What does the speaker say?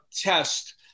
test